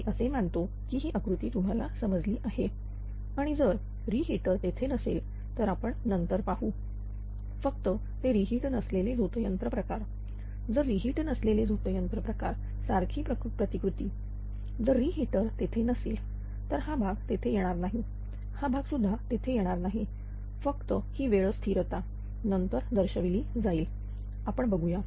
मी असे मानतो की ही आकृती तुम्हाला समजली आहे आणि जर री हिटर तेथे नसेल तर आपण नंतर पाहू फक्त ते री हीट नसलेले झोत यंत्र प्रकार जर री हीट नसलेले झोत यंत्र प्रकार सारखी प्रतिकृती जर री हिटर तेथे नसेल तर हा भाग तेथे येणार नाही हा भाग सुद्धा तेथे येणार नाही फक्त ही वेळ स्थिरता नंतर दर्शविली जाईल आपण बघूया